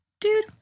dude